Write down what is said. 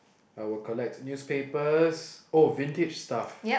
I will collect newspapers oh vintage stuff